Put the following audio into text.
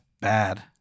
bad